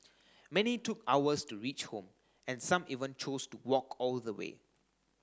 many took hours to reach home and some even chose to walk all the way